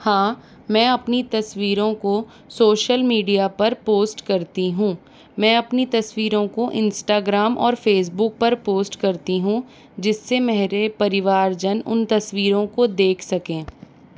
हाँ मैं अपनी तस्वीरों को सोशल मीडिया पर पोस्ट करती हूँ मैं अपनी तस्वीरों को इंस्टाग्राम और फेसबुक पर पोस्ट करती हूँ जिससे मेरे परिवार जन उन तस्वीरों को देख सकें